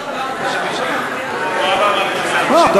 טוב,